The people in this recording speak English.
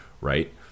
right